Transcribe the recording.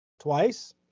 twice